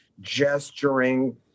gesturing